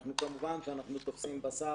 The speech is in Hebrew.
אם אנחנו תופסים בשר,